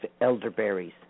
elderberries